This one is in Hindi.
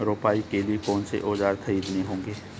रोपाई के लिए कौन से औज़ार खरीदने होंगे?